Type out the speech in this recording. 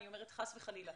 אני אומרת חס וחלילה.